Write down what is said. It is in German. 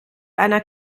einer